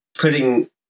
putting